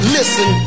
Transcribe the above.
Listen